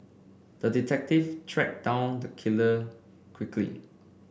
the detective tracked down the killer quickly